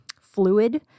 fluid